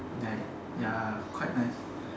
like ya quite nice